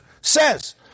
says